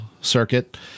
circuit